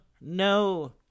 No